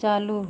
चालू